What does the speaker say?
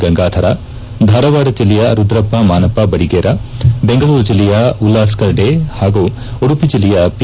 ಗಂಗಾಧರ ಧಾರವಾಡ ಜಿಲ್ಲೆಯ ರುದ್ರಪ್ಪ ಮಾನಪ್ಪ ಬಡಿಗೇರ ಬೆಂಗಳೂರು ಜಿಲ್ಲೆಯ ಉಲ್ಲಾಸ್ಕರ್ ಡೇ ಹಾಗೂ ಉಡುಪಿ ಜಿಲ್ಲೆಯ ಪಿ